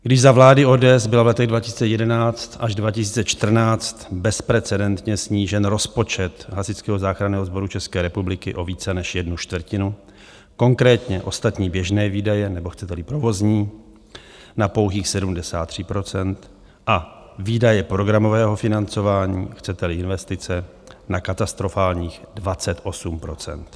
Když za vlády ODS byl v letech 2011 až 2014 bezprecedentně snížen rozpočet Hasičského záchranného sboru České republiky o více než jednu čtvrtinu, konkrétně ostatní běžné výdaje, nebo chceteli provozní, na pouhých 73 procent a výdaje programového financování, chceteli investice, na katastrofálních 28 procent.